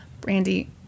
Brandy